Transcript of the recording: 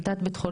מיטת בי"ח,